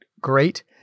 great